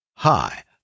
Hi